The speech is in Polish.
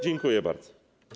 Dziękuję bardzo.